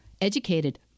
educated